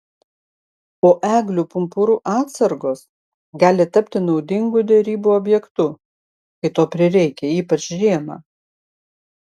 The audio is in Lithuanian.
o eglių pumpurų atsargos gali tapti naudingu derybų objektu kai to prireikia ypač žiemą